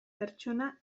pertsona